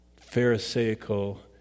pharisaical